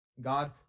God